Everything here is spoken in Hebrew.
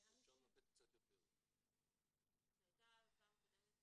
שלא ירצו שיהיו מצלמות --- הסירי דאגה מעל ליבך.